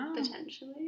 Potentially